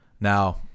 Now